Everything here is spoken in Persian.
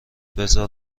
بزار